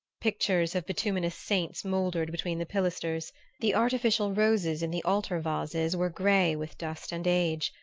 pictures of bituminous saints mouldered between the pilasters the artificial roses in the altar-vases were gray with dust and age,